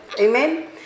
Amen